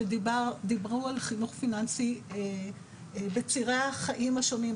שדיברו על חינוך פיננסי בצירי החיים השונים,